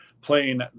playing